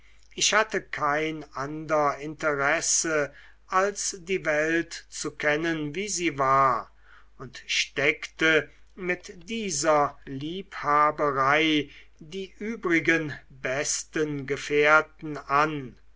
ich hatte kein ander interesse als die welt zu kennen wie sie war und steckte mit dieser liebhaberei die übrigen besten gefährten an